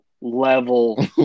level